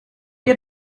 ihr